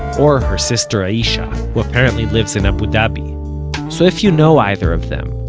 or her sister, ayisha who apparently lives in abu dhabi. so, if you know either of them,